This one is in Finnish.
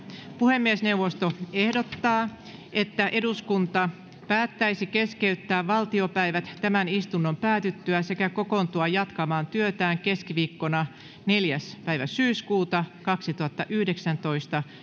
puhemiesneuvosto ehdottaa että eduskunta päättäisi keskeyttää valtiopäivät tämän istunnon päätyttyä sekä kokoontua jatkamaan työtään keskiviikkona neljäs yhdeksättä kaksituhattayhdeksäntoista